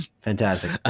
Fantastic